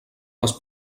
les